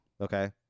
Okay